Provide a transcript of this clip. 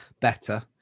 better